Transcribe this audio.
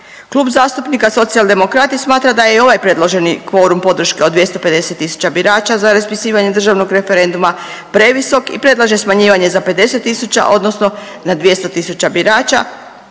Klub zastupnika Socijaldemokrati smatra da je i ovaj predloženi kvorum podrške od 250 tisuća birača za raspisivanje državnog referenduma previsok i predlaže smanjivanje za 50 tisuća odnosno na 200 tisuća birača